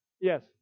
Yes